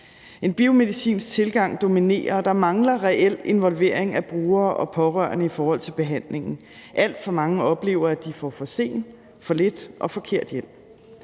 En biomedicinsk tilgang dominerer, og der mangler reelt involvering af brugere og pårørende i forhold til behandlingen. Alt for mange oplever, at de får for sen, for lidt og forkert hjælp.